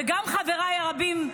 וגם חבריי הרבים,